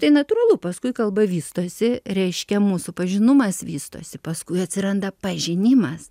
tai natūralu paskui kalba vystosi reiškia mūsų pažinumas vystosi paskui atsiranda pažinimas